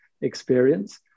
experience